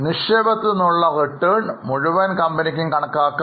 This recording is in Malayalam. നിക്ഷേപത്തിൽ നിന്നുള്ള റിട്ടേൺ മുഴുവൻ കമ്പനിക്കും കണക്കാക്കാം